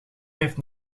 heeft